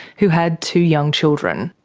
who had two young children.